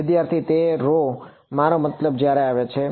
વિદ્યાર્થી તે મારો મતલબ જ્યારે આવે છે